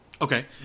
okay